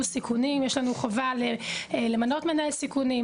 סיכונים: יש לנו חובה למנות מנהל סיכונים,